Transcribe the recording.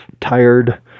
tired